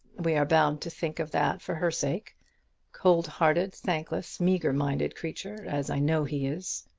we are bound to think of that for her sake cold-hearted, thankless, meagre-minded creature as i know he is.